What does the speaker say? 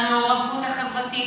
המעורבות החברתית,